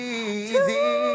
easy